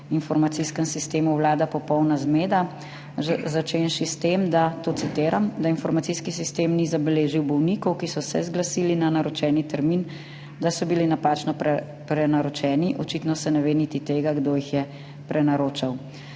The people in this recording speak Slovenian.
informacijskem sistemu vlada popolna zmeda. Začenši s tem, to citiram, »da informacijski sistem ni zabeležil bolnikov, ki so se zglasili na naročeni termin, da so bili napačno prenaročeni, očitno se ne ve niti tega, kdo jih je prenaročal«.